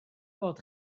bod